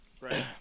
Right